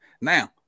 Now